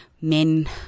men